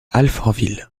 alfortville